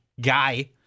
Guy